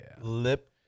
Lip